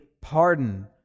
pardon